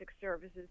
services